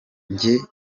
njye